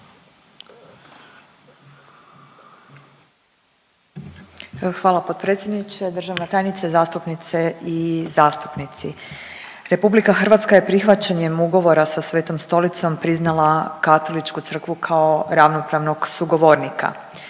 Hvala potpredsjedniče. Državna tajnice, zastupnice i zastupnici. Republika Hrvatska je prihvaćanjem ugovora sa Svetom stolicom priznala Katoličku crkvu kao ravnopravnog sugovornika.